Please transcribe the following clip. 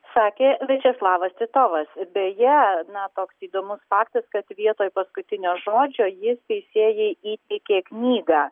sakė viačeslavas titovas beje na toks įdomus faktas kad vietoj paskutinio žodžio jis teisėjai įteikė knygą